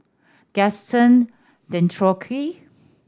Gaston Dutronquoy